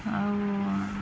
ଆଉ